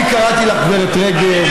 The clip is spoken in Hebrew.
אני קראתי לך גברת רגב,